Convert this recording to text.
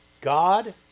God